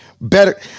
better